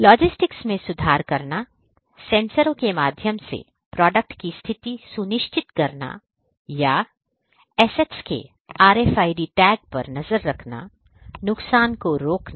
logistics में सुधार करना सेंसरों के माध्यम से प्रोडक्ट की स्थिति सुनिश्चित करना या assets के RFID टैग पर नज़र रखना नुकसान को रोकना